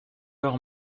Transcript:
leur